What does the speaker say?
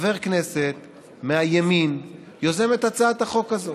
חבר כנסת מהימין, יוזם את הצעת החוק הזאת.